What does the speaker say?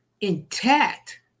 intact